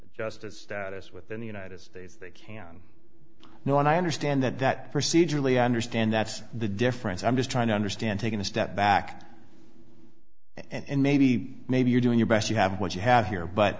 justice status within the united states they can know and i understand that that procedurally i understand that's the difference i'm just trying to understand taking a step back and maybe maybe you're doing your best you have what you have here but